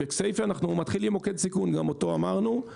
אנחנו מתחילים מוקד סיכון בכסיפה; גם אותו אמרנו.